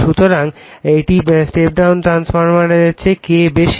সুতরাং এটি step down ট্রান্সফরমারের চেয়ে K বেশি